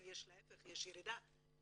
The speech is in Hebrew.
להפך, יש ירידה.